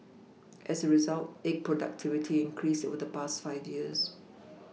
as a result egg productivity increased over the past five years